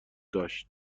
داشت